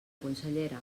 consellera